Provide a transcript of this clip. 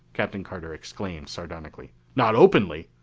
captain carter exclaimed sardonically. not openly!